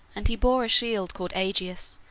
and he bore a shield called aegis,